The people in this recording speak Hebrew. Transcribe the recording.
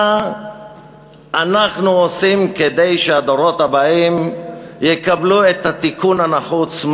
מה אנחנו עושים כדי שהדורות הבאים יקבלו את התיקון הנחוץ,